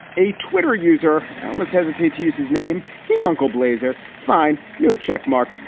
a twitter user almost hesitate to use his name, his uncle blazer. fine, no checkmark.